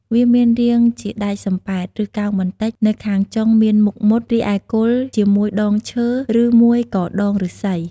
វាមានរាងជាដែកសំប៉ែត ឬកោងបន្តិច នៅខាងចុងមានមុខមុត រីឯគល់ជាមួយដងឈើ រឺមួយក៏ដងឬស្សី។